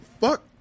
fuck